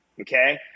Okay